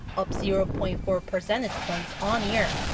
up zero-point-four percentage points on-year.